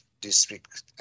district